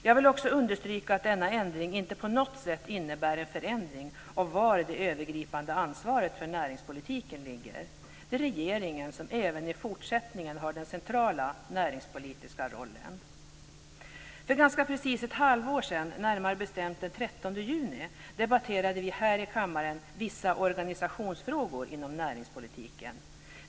Jag vill också understryka att denna ändring inte på något sätt innebär en förändring av var det övergripande ansvaret för näringspolitiken ligger. Det är regeringen som även i fortsättningen har den centrala näringspolitiska rollen. För ganska precis ett halvår sedan, närmare bestämt den 13 juni, debatterade vi här i kammaren vissa organisationsfrågor inom näringspolitiken.